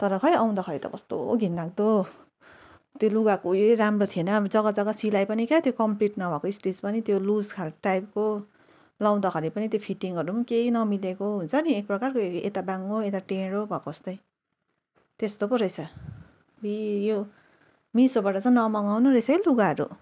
तर खोइ आउँदाखेरि त कस्तो घिनलाग्दो त्यो लुगाको उयो राम्रो थिएन जग्गा जग्गा सिलाइ पनि क्या त्यो कम्प्लिट नभएको स्टिच पनि त्यो लुज खालके टाइपको लाउँदाखेरि पनि त्यो फिटिङहरू पनि केही नमिलेको हुन्छ नि एक प्रकारको यता बाङ्गो यता टेडो भएको जस्तै त्यस्तो पो रहेछ अबुइ यो मिसोबाट चाहिँ नमगाउनु रहेछ है लुगाहरू